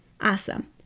Awesome